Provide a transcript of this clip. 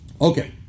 Okay